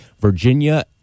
Virginia